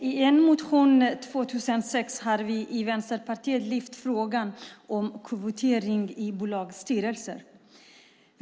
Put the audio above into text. Herr talman! Vi i Vänsterpartiet lyfte upp frågan om kvotering i bolagsstyrelsen i en motion 2006.